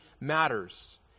matters